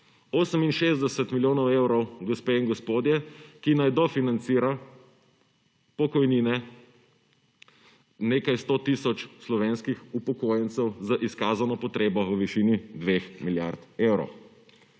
68 milijonov evrov, gospe in gospodje, ki naj dofinancira pokojnine, nekaj 100 tisoč slovenskih upokojencev z izkazano potrebo v višini 2 milijard evrov.